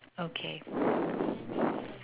okay